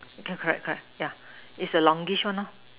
yeah correct correct yeah is a longish one lor